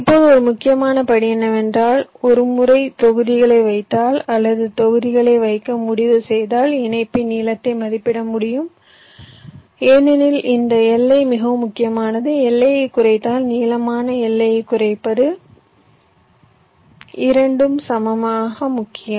இப்போது ஒரு முக்கியமான படி என்னவென்றால் ஒரு முறை தொகுதிகளை வைத்தால் அல்லது தொகுதிகளை வைக்க முடிவு செய்தால் இணைப்பின் நீளத்தை மதிப்பிட வேண்டும் ஏனெனில் இந்த Li மிகவும் முக்கியமானது Li ஐ குறைத்தல் நீளமான Li ஐ குறைப்பது இரண்டும் சமமாக முக்கியம்